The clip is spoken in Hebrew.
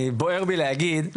בוער בי להגיד,